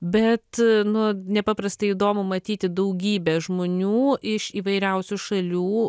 bet nu nepaprastai įdomu matyti daugybę žmonių iš įvairiausių šalių